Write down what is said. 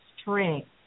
strength